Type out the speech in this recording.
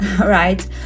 right